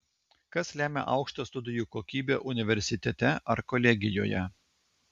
kas lemia aukštą studijų kokybę universitete ar kolegijoje